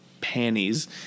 panties